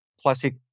classic